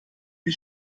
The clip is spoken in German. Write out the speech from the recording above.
die